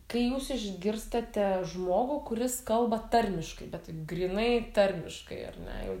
kai jūs išgirstate žmogų kuris kalba tarmiškai bet tai grynai tarmiškai ar ne jau